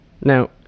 now